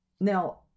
Now